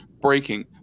breaking